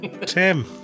Tim